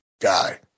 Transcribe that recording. guy